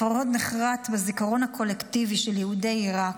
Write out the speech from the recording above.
הפרהוד נחרט בזיכרון הקולקטיבי של יהודי עיראק,